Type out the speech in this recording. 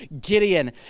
Gideon